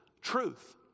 truth